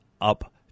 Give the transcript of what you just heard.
up